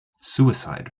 suicide